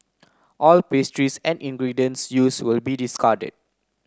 all pastries and ingredients use will be discarded